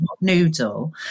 noodle